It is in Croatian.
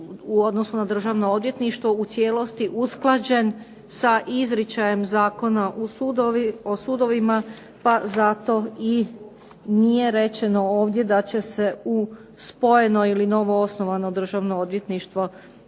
u odnosu na Državno odvjetništvo u cijelosti usklađen sa izričajem Zakona o sudovima, pa zato i nije rečeno ovdje da će se u spojeno ili novoosnovano Državno odvjetništvo